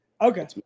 Okay